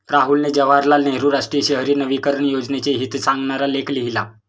राहुलने जवाहरलाल नेहरू राष्ट्रीय शहरी नवीकरण योजनेचे हित सांगणारा लेख लिहिला